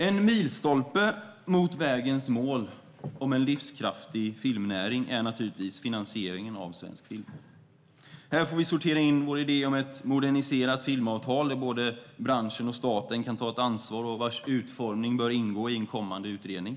En milstolpe mot vägens mål om en livskraftig filmnäring är naturligtvis finansieringen av svensk film. Här får vi sortera in vår idé om ett moderniserat filmavtal där både branschen och staten kan ta ett ansvar och vars utformning bör ingå i en kommande utredning.